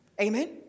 Amen